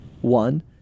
One